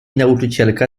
nauczycielka